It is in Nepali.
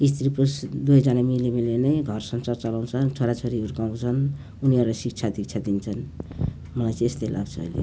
स्त्री पुरुष दुवैजना मिली मिलेर नै घर संसार चलाउँछन् छोरा छोरी हुर्काउँछन् उनीहरूलाई शिक्षा दीक्षा दिन्छन् मलाई चाहिँ यस्तै लाग्छ अहिले